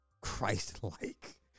Christ-like